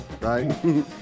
right